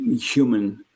human